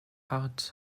art